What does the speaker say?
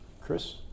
Chris